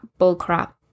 bullcrap